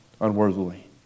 unworthily